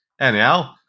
anyhow